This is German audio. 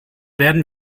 werden